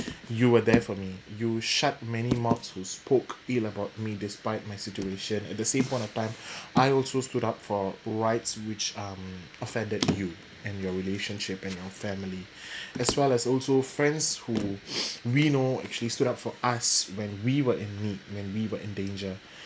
you were there for me you shut many mouths who spoke ill about me despite my situation at the same point of time I also stood up for rights which um offended you and your relationship and your family as well as also friends who we know actually stood up for us when we were in need when we were in danger